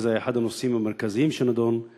הזה היה אחד הנושאים המרכזיים שנדונו בו,